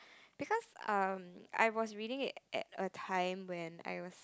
because um I was reading it at a time when I was